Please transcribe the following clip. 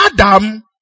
Adam